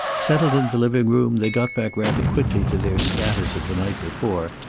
settled in the living-room, they got back rather quickly to their status of the night before,